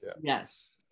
Yes